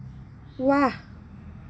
ৱাহ